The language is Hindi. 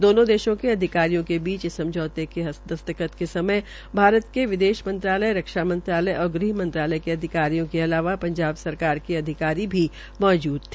दोनों देशों के अधिकारियों के बीच इस समझौते के दस्तखत को सयम भारत के विदेश मंत्रालय रक्षा मंत्रालय और गृहमंत्रालय के अधिकारियों के अलावा पंजाब सरकार के अधिकारी भी मौजदू रहे